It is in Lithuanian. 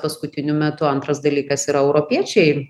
paskutiniu metu antras dalykas yra europiečiai